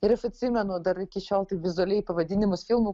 ir aš atsimenu dar iki šiol taip vizualiai pavadinimus filmų